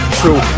true